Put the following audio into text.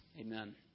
Amen